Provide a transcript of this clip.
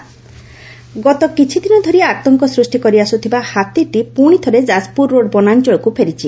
ହାତୀ ଆତଙ୍କ ଗତ କିଛି ଦିନ ଧରି ଆତଙ୍କ ସୃଷି କରିଆସୁଥିବା ହାତୀଟି ପୁଣିଥରେ ଯାକପୁର ରୋଡ ବନାଂଚଳକୁ ଫେରିଛି